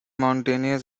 mountainous